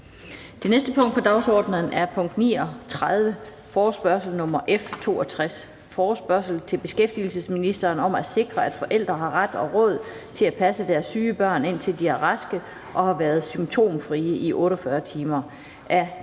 (Fremsættelse 22.06.2020). 39) Forespørgsel nr. F 62: Forespørgsel til beskæftigelsesministeren om at sikre, at forældre har ret og råd til at passe deres syge børn, indtil de er raske og har været symptomfrie i 48 timer. Af Ina